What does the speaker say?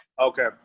Okay